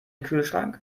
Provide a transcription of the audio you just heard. kühlschrank